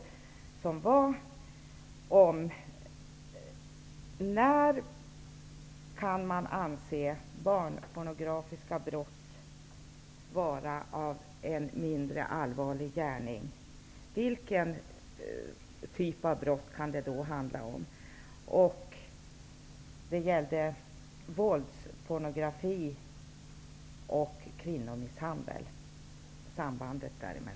Frågorna gällde bl.a. när man kan anse barnpornografiska brott vara mindre allvarliga. Vilken typ av brott kan det handla om? Det gällde också sambandet mellan våldspornografi och kvinnomisshandel.